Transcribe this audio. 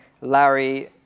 Larry